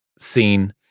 seen